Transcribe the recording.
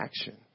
action